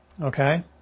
okay